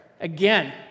Again